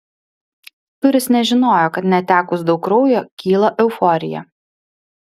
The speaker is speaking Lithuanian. turis nežinojo kad netekus daug kraujo kyla euforija